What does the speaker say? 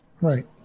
Right